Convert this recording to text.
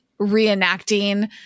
reenacting